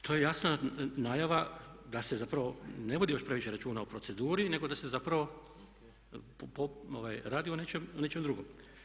To je jasna najava da se zapravo ne vodi baš previše računa o proceduri, nego da se zapravo radi o nečem drugom.